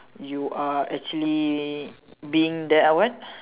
you are actually being there !huh! what